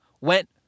went